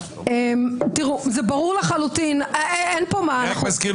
ברור לחלוטין --- אני רק מזכיר,